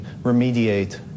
remediate